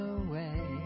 away